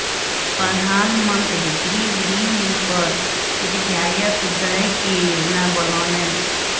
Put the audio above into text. प्रधान मंत्री गृह ऋण पर रियायत दय के योजना बनौलैन